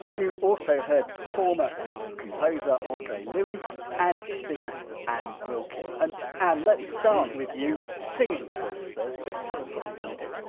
you also heard performer and composer andre louis and singer anne wilkins and anne, let's start with you. singing for us first, just tell us what you're going to do